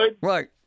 right